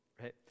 Right